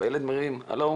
והילד מרים 'הלו',